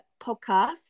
podcast